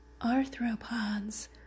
Arthropods